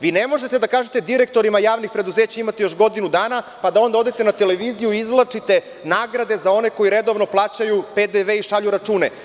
Vi ne možete da kažete direktorima javnih preduzeća – imate još godinu dana, pa da onda odete na televiziju i izvlačite nagrade za one koji redovno plaćaju PDV i šalju račune.